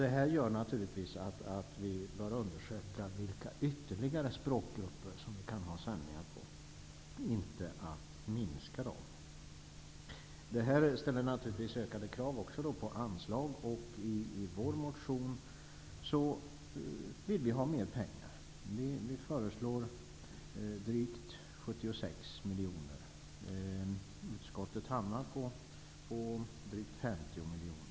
Det innebär naturligtvis att vi bör undersöka vilka ytterligare språk vi kan ha sändningar på -- inte hur vi kan minska antalet språk. Detta ställer naturligtvis ökade krav på anslag. I Vänsterpartiets motion skriver vi att vi vill ha mer pengar till verksamheten. Vi föreslår drygt 76 miljoner. Utskottet hamnar på drygt 50 miljoner.